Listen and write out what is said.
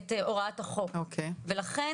את הוראת החוק ולכן,